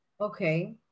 Okay